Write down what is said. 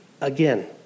Again